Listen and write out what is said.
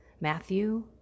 Matthew